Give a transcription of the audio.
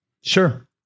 Sure